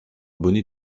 bonnets